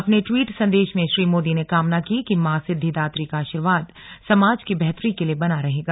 अपने ट्वीट संदेश में श्री मोदी ने कामना की कि मॉ सिद्धिदात्री का आशीर्वाद समाज की बेहतरी के लिए बना रहेगा